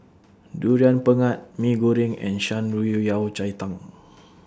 Durian Pengat Mee Goreng and Shan Rui Yao Cai Tang